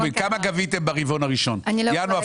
--- כמה גביתם ברבעון הראשון ינואר,